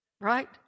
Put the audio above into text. right